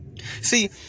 See